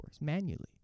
manually